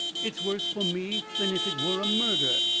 it's worse for me than if it were a murder!